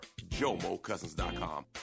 JomoCousins.com